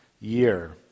year